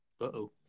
Uh-oh